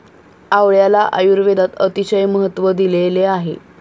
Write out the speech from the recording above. आवळ्याला आयुर्वेदात अतिशय महत्त्व दिलेले आहे